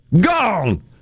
Gone